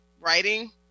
writing